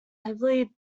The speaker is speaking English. heavily